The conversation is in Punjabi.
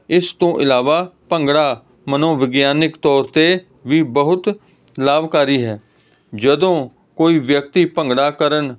ਇਸ ਤੋਂ ਇਲਾਵਾ ਭੰਗੜਾ ਮਨੋਵਿਗਿਆਨਿਕ ਤੌਰ 'ਤੇ ਵੀ ਬਹੁਤ ਲਾਭਕਾਰੀ ਹੈ ਜਦੋਂ ਕੋਈ ਵਿਅਕਤੀ ਭੰਗੜਾ ਕਰਨ